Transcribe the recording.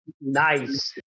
Nice